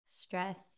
stress